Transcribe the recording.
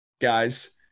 guys